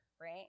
right